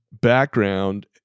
background